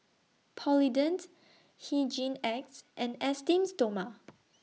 Polident Hygin X and Esteem Stoma